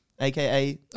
aka